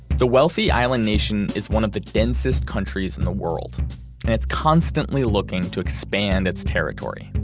the wealthy island nation is one of the densest countries in the world and it's constantly looking to expand its territory.